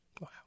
Wow